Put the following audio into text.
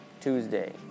Tuesday